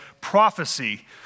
prophecy